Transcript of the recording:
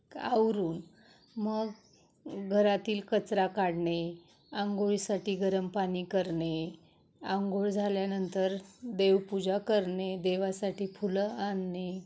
काय आवरून मग घरातील कचरा काढणे आंघोळीसाठी गरम पाणी करणे आंघोळ झाल्यानंतर देवपूजा करणे देवासाठी फुलं आणणे